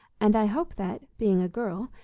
and i hope that, being a girl,